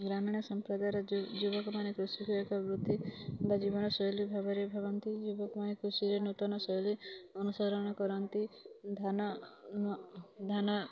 ଗ୍ରାମୀଣ୍ ସମ୍ପ୍ରଦାୟର ଯେଉଁ ଯୁବକ୍ ମାନେ କୃଷି ସହାୟକ୍ ବୃତ୍ତି ବା ଜୀବନ ଶୈଳୀ ଭାବ୍ରେ ଭାବନ୍ତି ଯୁବକ୍ ମାନେ କୃଷି ରେ ନୂତନ୍ ଶୈଳୀ ଅନୁସରଣ କରନ୍ତି ଧାନ୍ ଧାନ୍